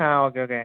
ആ okay okay